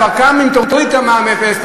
כבר גם אם תוריד את המע"מ לאפס,